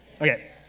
Okay